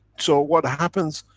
so what happens?